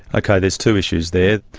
okay, there's two issues there.